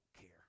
care